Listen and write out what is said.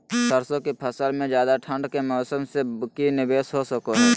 सरसों की फसल में ज्यादा ठंड के मौसम से की निवेस हो सको हय?